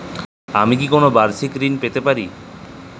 আমি কি কোন বাষিক ঋন পেতরাশুনা?